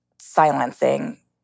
silencing